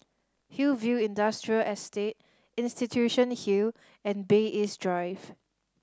Hillview Industrial Estate Institution Hill and Bay East Drive